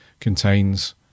contains